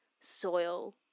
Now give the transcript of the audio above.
soil